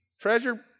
treasure